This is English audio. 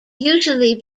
usually